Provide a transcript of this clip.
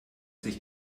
sich